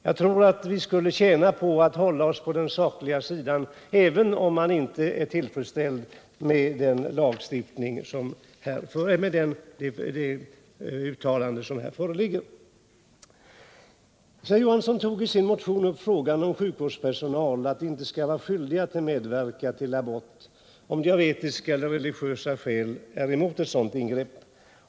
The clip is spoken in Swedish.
Jag tror att man tjänar på att vara saklig, även om man inte är tillfredsställd med det gjorda uttalandet. Sven Johansson tog i sin motion upp kravet att sjukvårdspersonal inte skall vara skyldig att medverka till abort, om den av etiska eller religiösa skäl är emot ett sådant ingrepp.